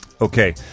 Okay